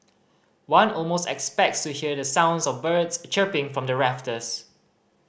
one almost expects to hear the sounds of birds chirping from the rafters